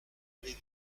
avait